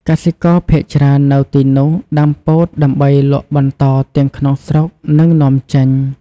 កសិករភាគច្រើននៅទីនោះដាំពោតដើម្បីលក់បន្តទាំងក្នុងស្រុក និងនាំចេញ។